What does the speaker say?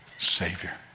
Savior